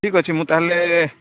ଠିକ୍ ଅଛି ମୁଁ ତା'ହେଲେ